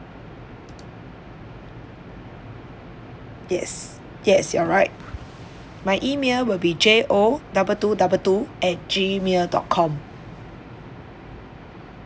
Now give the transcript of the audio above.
yes yes you're right my email will be J O double two double two at Hmail dot com